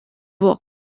walk